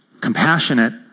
compassionate